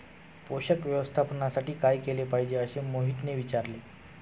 पोषण व्यवस्थापनासाठी काय केले पाहिजे असे मोहितने विचारले?